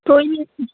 ਕੋਈ ਨਹੀਂ